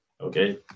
Okay